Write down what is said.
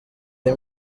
ari